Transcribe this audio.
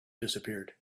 disappeared